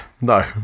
No